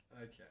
Okay